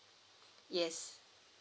yes